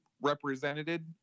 represented